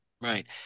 right